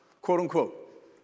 quote-unquote